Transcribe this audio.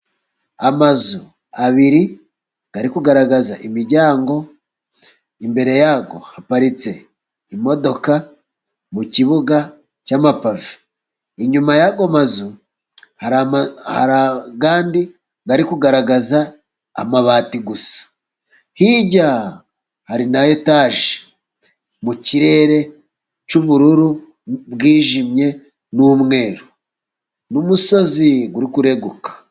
Amazu abiri ari kugaragaza imiryango, imbere yayo haparitse imodoka mu kibuga cy'amapave, inyuma yayo mazu hari nandi ari kugaragaza amabati gusa, hirya hari na etage mu kirere cy'ubururu bwijimye, n'umweru n'umusozi uri kureguka.